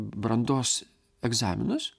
brandos egzaminus